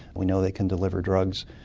we know they can deliver drugs.